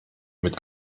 mit